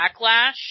backlash